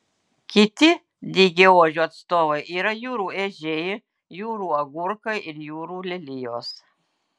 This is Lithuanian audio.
kiti dygiaodžių atstovai yra jūrų ežiai jūrų agurkai ir jūrų lelijos